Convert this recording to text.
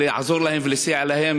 לעזור להם ולסייע להם,